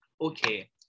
Okay